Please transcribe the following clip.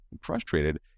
frustrated